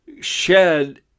shed